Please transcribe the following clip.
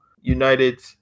United